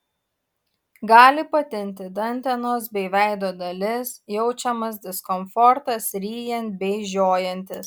gali patinti dantenos bei veido dalis jaučiamas diskomfortas ryjant bei žiojantis